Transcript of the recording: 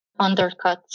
undercuts